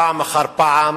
פעם אחר פעם